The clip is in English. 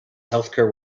healthcare